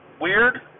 Weird